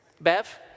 Bev